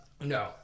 no